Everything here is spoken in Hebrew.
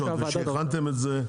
וכשהכנסתם את זה,